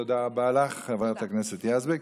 תודה רבה לך, חברת הכנסת יזבק.